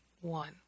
one